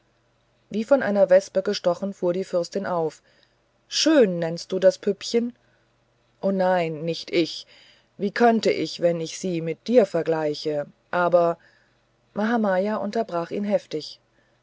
wie von einer wespe gestochen fuhr die fürstin auf schön nennst du das püppchen o nein nicht ich wie könnte ich wenn ich sie mit dir vergleiche aber mahamaya unterbrach ihn heftig